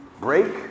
break